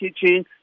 teaching